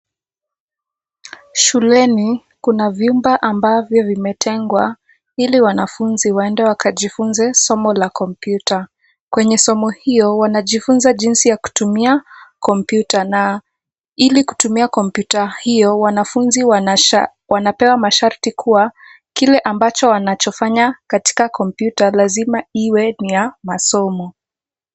Shuleni kuna vyumba ambavyo vimetengwa ili wanafunzi waende wajifunze somo la kompyuta. Kwenye somo hio wanajifunza jinsi ya kutumia kompyuta na ili kutumia kompyuta hio wanafunzi wana pewa masharti kuwa kile ambacho wanacho fanya katika kompyuta lazima iwe ni ya masomo.